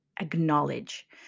acknowledge